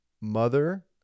mother